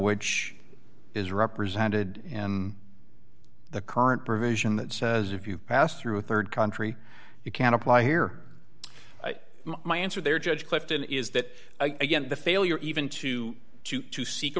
which is represented in the current provision that says if you pass through a rd country you can apply here my answer there judge clifton is that again the failure even to to to seek a